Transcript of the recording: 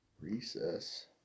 Recess